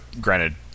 granted